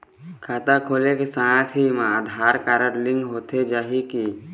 खाता खोले के साथ म ही आधार कारड लिंक होथे जाही की?